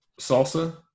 salsa